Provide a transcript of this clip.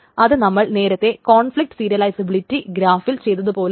അത് നമ്മൾ നേരത്തെ കോൺഫ്ലിക്റ്റ് സീരിയസബിലിറ്റി ഗ്രാഫിൽ ചെയ്തതുപോലെയാണ്